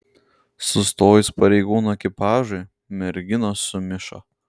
sustojus pareigūnų ekipažui merginos sumišo